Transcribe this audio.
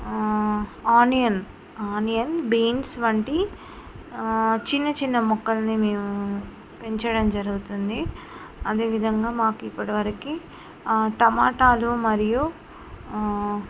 onion onion beans వంటి చిన్న చిన్న మొక్కల్ని మేము పెంచడం జరుగుతుంది అదేవిధంగా మాకు ఇప్పటివరకి టమాటాలు మరియు